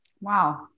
Wow